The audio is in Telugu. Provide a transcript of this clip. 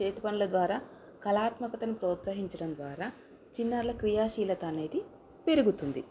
చేతి పనుల ద్వారా కళాత్మకతను ప్రోత్సహించడం ద్వారా చిన్నారుల క్రియాశీలత అనేది పెరుగుతుంది